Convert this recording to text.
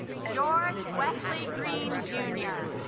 george wesley green jr.